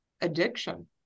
addiction